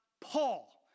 Paul